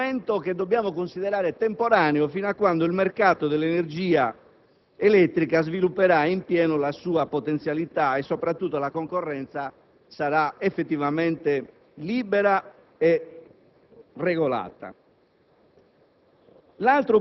e sono uno strumento che deve essere considerato temporaneo, fino a quando il mercato dell'energia elettrica svilupperà in pieno la sua potenzialità e soprattutto la concorrenza sarà effettivamente libera e regolata.